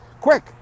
quick